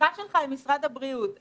בשיחה שלך עם משרד הבריאות,